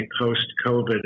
post-COVID